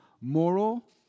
moral